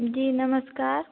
जी नमस्कार